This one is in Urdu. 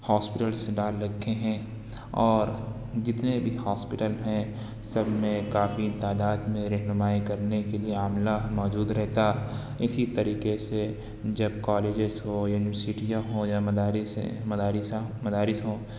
ہاسپیٹلس ڈال رکھے ہیں اور جتنے بھی ہاسپیٹل ہیں سب میں کافی تعداد میں رہنمائی کرنے کے لیے عملہ موجود رہتا اسی طریقے سے جب کالجیز ہوں یونیورسیٹیاں ہوں یا مدارس مدارسہ مدارس ہوں